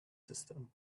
system